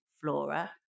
Flora